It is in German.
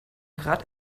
gerade